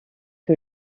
que